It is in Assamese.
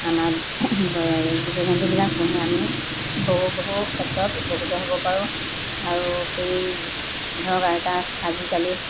আমাৰ জীৱ জন্তুবিলাক পুহি আমি বহু বহু ক্ষেত্ৰত উপকৃত হ'ব পাৰোঁ আৰু সেই ধৰক এটা আজিকালি